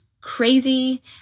crazy